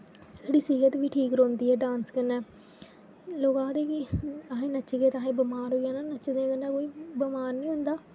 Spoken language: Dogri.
साढ़ी सेह्त बी ठीक रौह्ंदी ऐ डांस कन्नै लोग आखदे कि आहें नचगे ते आहें बमार होई जाना नच्चने कन्नै कोई बमार निं होंदा